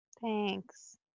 Thanks